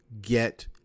get